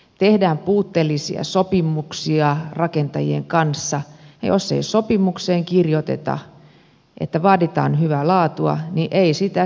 tehdään puutteellisia sopimuksia rakentajien kanssa ja jos ei sopimukseen kirjoiteta että vaaditaan hyvää laatua niin ei sitä silloin tule se on varma